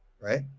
Right